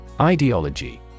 Ideology